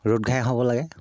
ৰ'দ ঘাঁহ হ'ব লাগে